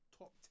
top